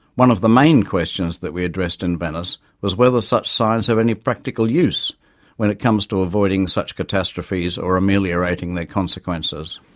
one of the main questions that we addressed in venice was whether such signs have any practical use when it comes to avoiding such catastrophes or ameliorating their consequences.